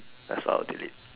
that's what I will delete